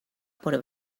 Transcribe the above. por